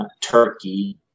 Turkey